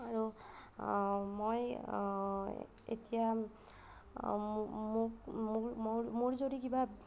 আৰু মই এতিয়া মো মোক মোৰ যদি কিবা